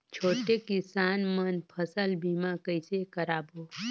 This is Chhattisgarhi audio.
छोटे किसान मन फसल बीमा कइसे कराबो?